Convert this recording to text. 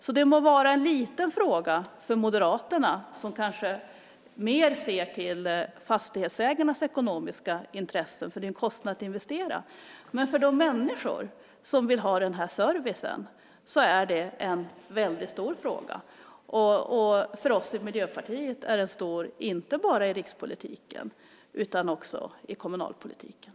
Detta må vara en liten fråga för Moderaterna, som kanske mer ser till fastighetsägarnas ekonomiska intressen. Det är ju en kostnad att investera. Men för de människor som vill ha denna service är det en väldigt stor fråga. Och för oss i Miljöpartiet är den stor inte bara i rikspolitiken utan också i kommunalpolitiken.